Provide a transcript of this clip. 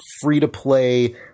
free-to-play